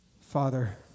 Father